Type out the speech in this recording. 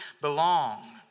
belong